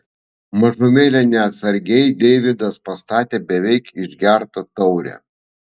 mažumėlę neatsargiai deividas pastatė beveik išgertą taurę